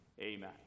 Amen